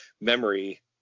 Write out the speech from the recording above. memory